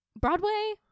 Broadway